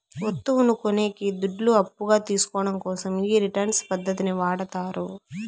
వత్తువును కొనేకి దుడ్లు అప్పుగా తీసుకోవడం కోసం ఈ రిటర్న్స్ పద్ధతిని వాడతారు